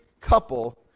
couple